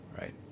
right